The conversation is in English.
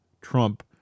Trump